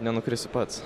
nenukrisiu pats